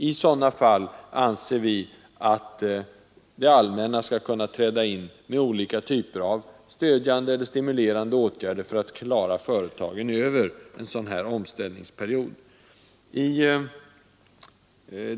I sådana fall anser vi att det allmänna skall kunna träda till med olika typer av stödjande eller stimulerande åtgärder för att hjälpa företagen över en omställningsperiod.